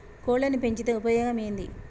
కోళ్లని పెంచితే ఉపయోగం ఏంది?